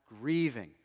grieving